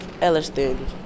Elliston